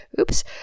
Oops